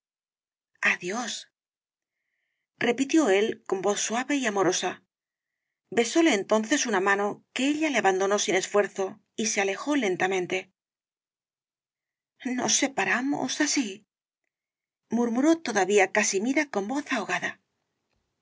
adiós repitió él con voz suave y amorosa besóle entonces una mano que ella le abandonó sin esfuerzo y se alejó lentamente nos separamos así murmuró todavía casimira con voz ahogada